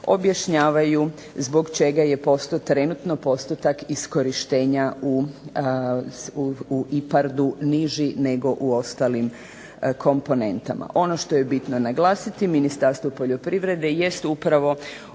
objašnjavaju zbog čega je trenutno postotak iskorištenja u IPARD-u niži nego u ostalim komponentama. Ono što je bitno naglasiti Ministarstvo poljoprivrede jest upravo